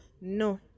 no